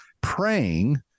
praying